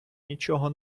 нічого